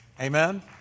Amen